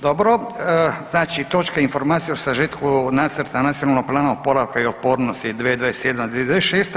Dobro, znači točka Informacija o sažetku Nacrta Nacionalnog plana oporavka i otpornosti 2021. – 2026.